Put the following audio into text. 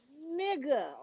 nigga